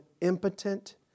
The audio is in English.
impotent